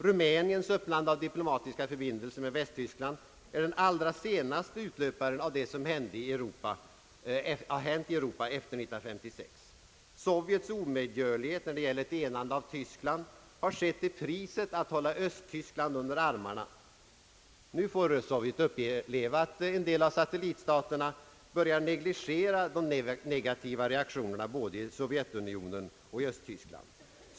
Rumäniens öppnande av diplomatiska förbindelser med Västtyskland är den allra senaste utlöparen av det som hänt i Europa efter 1956. Sovjets omedgörlighet när det gäller ett enande av Tyskland har skett till priset att hålla Östtyskland under armarna. Nu får Sovjet uppleva att en del av satellitstaterna börjar negligera de negativa reaktionerna både i Sovjetunionen. och i Östtyskland.